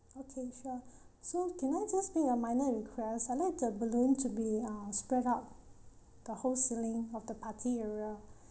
okay sure so can I just make a minor request I'd like the balloon to be uh spread out the whole ceiling of the party area